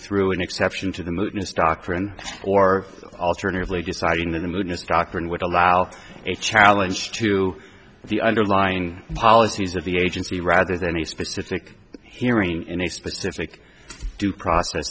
through an exception to the movement's doctrine or alternatively deciding that the moodiness doctrine would allow a challenge to the underlying policies of the agency rather than a specific hearing in a specific due process